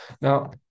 Now